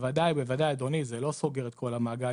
בוודאי ובוודאי אדוני זה לא סוגר את כל המעגל.